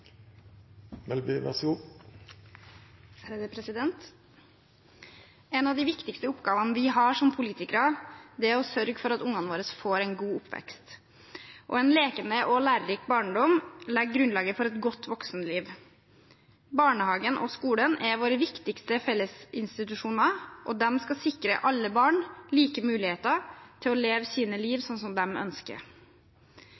å sørge for at ungene våre får en god oppvekst. En lekende og lærerik barndom legger grunnlaget for et godt voksenliv. Barnehagen og skolen er våre viktigste fellesinstitusjoner, og de skal sikre alle barn like muligheter til å leve sine liv